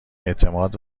اعتماد